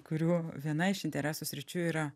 kurių viena iš interesų sričių yra